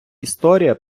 історія